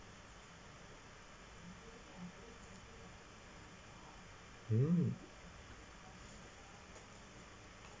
hmm